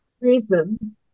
reason